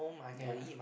ya